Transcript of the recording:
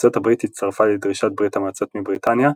ארצות הברית הצטרפה לדרישת ברית המועצות מבריטניה,